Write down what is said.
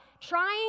trying